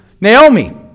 Naomi